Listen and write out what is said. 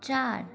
चारि